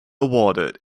awarded